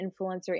influencer